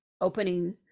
opening